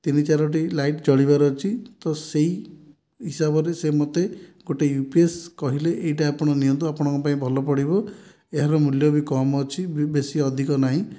ତିନି ଚାରୋଟି ଲାଇଟ ଜଳିବାର ଅଛି ତ ସେଇ ହିସାବରେ ସେ ମୋତେ ଗୋଟିଏ ୟୁପିଏସ କହିଲେ ଏଇଟା ଆପଣ ନିଅନ୍ତୁ ଆପଣଙ୍କ ପାଇଁ ଭଲ ପଡ଼ିବ ଏହାର ମୂଲ୍ୟ ବି କମ୍ ଅଛି ବେଶୀ ଅଧିକ ନାହିଁ